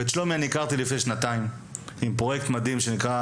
ואת שלומי אני הכרתי לפני שנתיים עם פרויקט מדהים שנקרא